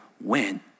win